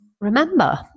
remember